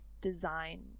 design